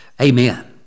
Amen